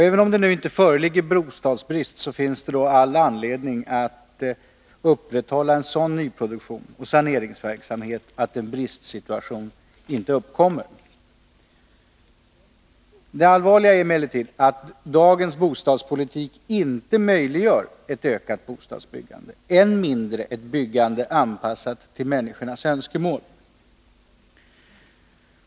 Även om det inte nu föreligger bostadsbrist finns det all anledning att upprätthålla en sådan nyproduktion och saneringsverksamhet att en bristsituation inte uppkommer. Det allvarliga är emellertid att dagens bostadspolitik inte möjliggör ett ökat bostadsbyggande, än mindre ett byggande anpassat till människornas önskemål.